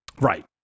Right